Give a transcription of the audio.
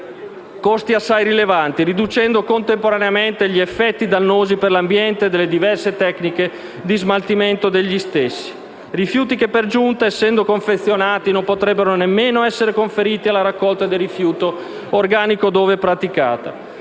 costi assai rilevanti, riducendo contemporaneamente gli effetti dannosi per l'ambiente delle diverse tecniche di smaltimento degli stessi. Rifiuti che, per giunta, essendo confezionati, non potrebbero nemmeno essere conferiti alla raccolta del rifiuto organico, dove praticata.